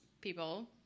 people